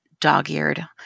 dog-eared